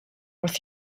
with